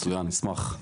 מצוין, אשמח.